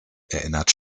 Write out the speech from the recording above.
erinnert